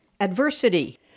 adversity